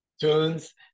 tunes